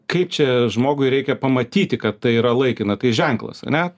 kaip čia žmogui reikia pamatyti kad tai yra laikina tai ženklas ar ne